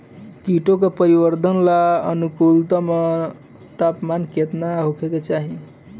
कीटो के परिवरर्धन ला अनुकूलतम तापमान केतना होए के चाही?